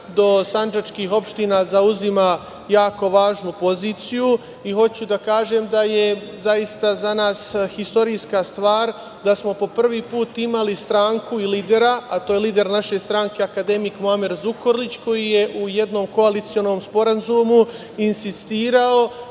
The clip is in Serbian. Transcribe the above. do sandžačkih opština zauzima jako važnu poziciju i hoću da kažem da je zaista za nas istorijska stvar da smo po prvi put imali stranku i lidera, a to je lider naše stranke akademik Muamer Zukorlić, koji je u jednom koalicionom sporazumu insistirao